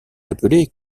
appelée